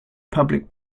public